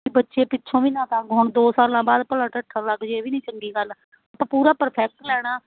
ਅਤੇ ਬੱਚੇ ਪਿੱਛੋਂ ਵੀ ਨਾ ਤੰਗ ਹੋਣ ਦੋ ਸਾਲਾਂ ਬਾਅਦ ਭਲਾ ਢੱਠਾ ਲੱਗ ਜੇ ਵੀ ਨਹੀਂ ਚੰਗੀ ਗੱਲ ਤਾਂ ਪੂਰਾ ਪ੍ਰੋਫੈਕਟ ਲੈਣਾ